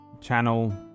channel